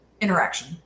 interaction